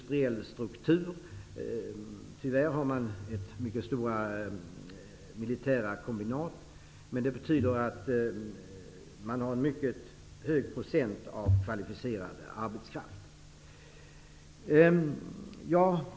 Tyvärr har man mycket stora militära kombinat, men det betyder att man har en mycket hög procent av kvalificerad arbetskraft.